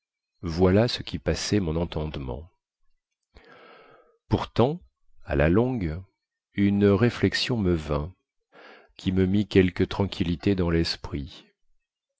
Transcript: voilà ce qui passait mon entendement pourtant à la longue une réflexion me vint qui me mit quelque tranquillité dans lesprit